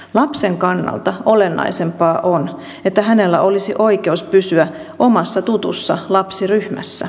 lapsen kannalta olennaisempaa on että hänellä olisi oikeus pysyä omassa tutussa lapsiryhmässä